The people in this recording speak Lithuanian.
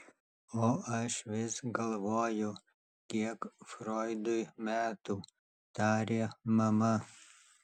o aš vis galvoju kiek froidui metų tarė mama